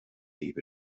libh